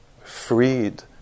Freed